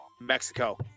Mexico